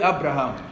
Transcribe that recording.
Abraham